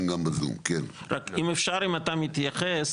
אם אתה מתייחס,